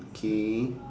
okay